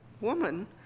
Woman